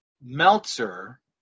Meltzer